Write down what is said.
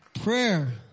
Prayer